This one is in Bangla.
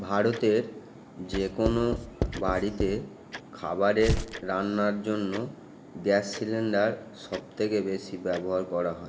ভারতের যে কোনো বাড়িতে খাবার রান্নার জন্য গ্যাস সিলিন্ডার সব থেকে বেশি ব্যবহার করা হয়